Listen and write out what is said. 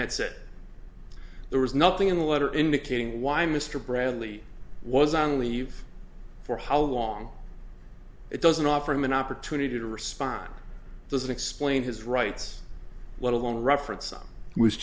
that said there was nothing in the letter indicating why mr bradley was on leave for how long it doesn't offer him an opportunity to respond doesn't explain his rights let alone reference